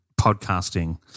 podcasting